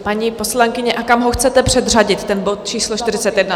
Paní poslankyně, a kam ho chcete předřadit, ten bod číslo 41?